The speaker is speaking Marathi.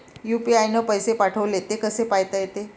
यू.पी.आय न पैसे पाठवले, ते कसे पायता येते?